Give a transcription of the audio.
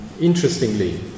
interestingly